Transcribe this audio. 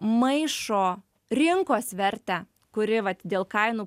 maišo rinkos vertę kuri vat dėl kainų